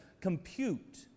compute